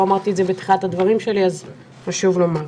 לא אמרתי את זה בתחילת הדברים שלי, אז חשוב לומר.